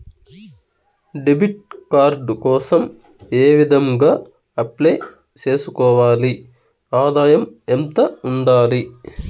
Debit card కోసం ఏ విధంగా అప్లై సేసుకోవాలి? ఆదాయం ఎంత ఉండాలి?